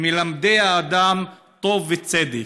מלמדי האדם טוב וצדק.